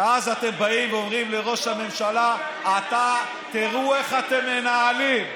ואז אתם באים ואומרים לראש הממשלה: תראו איך אתם מנהלים.